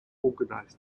organized